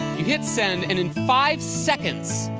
you hit send, and in five seconds,